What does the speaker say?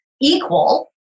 equal